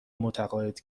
متقاعد